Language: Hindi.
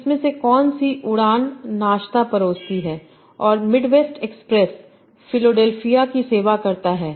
तो इनमें से कौन सी उड़ान नाश्ता परोसती है और मिडवेस्ट एक्सप्रेस फिलाडेल्फिया की सेवा करता है